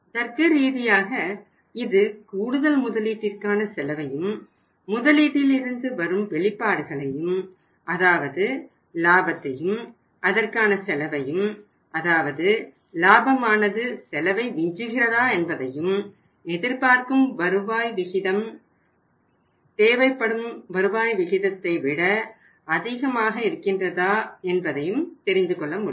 தர்க்கரீதியாக இது கூடுதல் முதலீட்டிற்கான செலவையும் முதலீட்டில் இருந்து வரும் வெளிப்பாடுகளையும் அதாவது லாபத்தையும் அதற்கான செலவையும் அதாவது லாபமானது செலவை விஞ்சுகிறதா என்பதையும் எதிர்பார்க்கும் வருவாய் விதம் தேவைப்படும் வருவாய் விகிதத்தை விட அதிகமாக இருக்கின்றதா என்பதையும் தெரிந்துகொள்ள முடியும்